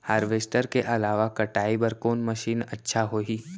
Harvester के अलावा कटाई बर कोन मशीन अच्छा होही?